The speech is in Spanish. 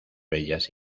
bellas